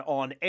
on